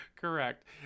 correct